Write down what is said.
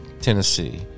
Tennessee